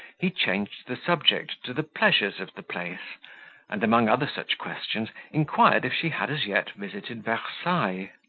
he changed the subject to the pleasures of the place and, among other such questions, inquired if she had as yet visited versailles.